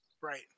Right